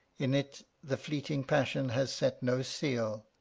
in it the fleeting passion has set no seal,